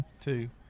two